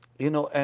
you know, and